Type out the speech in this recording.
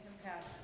compassion